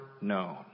known